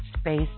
space